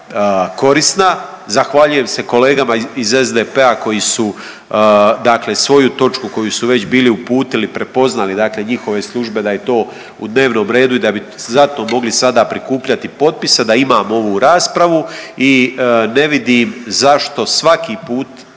korisna, zahvaljujem se kolegama iz SDP-a koji su dakle svoju točku koju su već bili uputili, prepoznali, dakle njihove službe da je u dnevnom redu i da bi zato mogli sada prikupljati potpise, da imamo ovu raspravu i ne vidim zašto svaki put